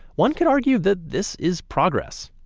one could argue that this is progress.